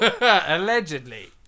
Allegedly